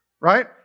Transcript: right